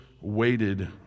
waited